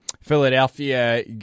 Philadelphia